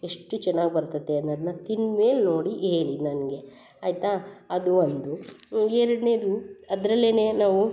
ಎಷ್ಟು ಚೆನ್ನಾಗಿ ಬರ್ತತೆ ಅನ್ನೋದನ್ನ ತಿಂದ್ಮೇಲೆ ನೋಡಿ ಹೇಳಿ ನನಗೆ ಆಯಿತಾ ಅದು ಒಂದು ಎರಡನೇದು ಅದರಲ್ಲೇನೆ ನಾವು